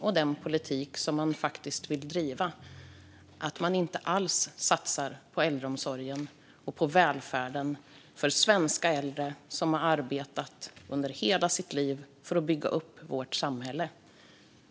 I den politik Sverigedemokraterna faktiskt vill driva satsar man inte alls på äldreomsorgen och på välfärden för de svenska äldre som har arbetat hela sina liv för att bygga upp samhället.